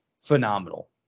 phenomenal